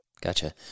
Gotcha